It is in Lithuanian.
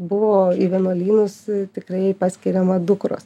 buvo į vienuolynus tikrai paskiriama dukros